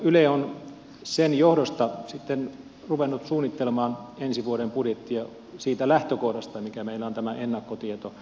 yle on sen johdosta sitten ruvennut suunnittelemaan ensi vuoden budjettia siitä lähtökohdasta mikä meillä on tämä ennakkotieto